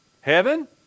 Heaven